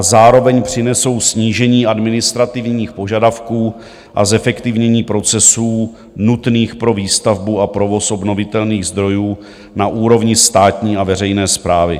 Zároveň přinesou snížení administrativních požadavků a zefektivnění procesů nutných pro výstavbu a provoz obnovitelných zdrojů na úrovni státní a veřejné správy.